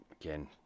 again